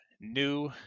new